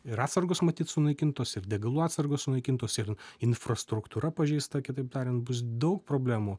ir atsargos matyt sunaikintos ir degalų atsargos sunaikintos ir infrastruktūra pažeista kitaip tariant bus daug problemų